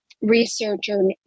researcher